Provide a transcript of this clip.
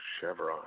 Chevron